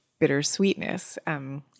bittersweetness